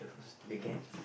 steam